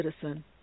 citizen